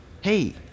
hey